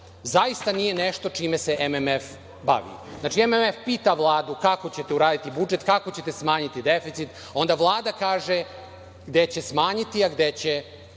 zaista nije nešto čime se MMF bavi. Znači, MMF pita Vladu – kako ćete uraditi budžet, kako ćete smanjiti deficit, a onda Vlada kaže gde će smanjiti, a gde će